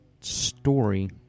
story